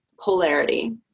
polarity